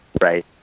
right